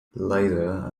later